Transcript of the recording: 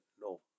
No